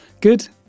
good